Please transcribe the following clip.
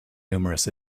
numerous